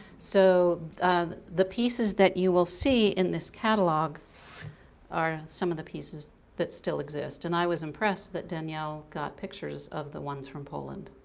so the pieces that you will see in this catalog are some of the pieces that still exist and i was impressed that danielle got pictures of the ones from poland.